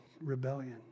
rebellion